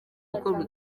gukorwa